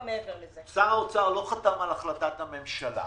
שר האוצר לא חתם על החלטת הממשלה,